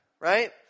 right